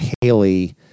Haley